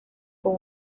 con